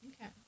Okay